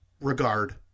regard